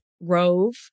Rove